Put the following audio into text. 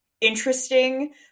interesting